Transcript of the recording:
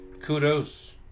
kudos